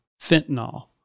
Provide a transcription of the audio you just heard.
fentanyl